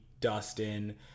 Dustin